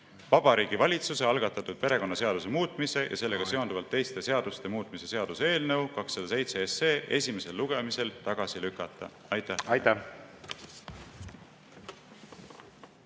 Vabariigi Valitsuse algatatud perekonnaseaduse muutmise ja sellega seonduvalt teiste seaduste muutmise seaduse eelnõu 207 esimesel lugemisel tagasi lükata. Aitäh!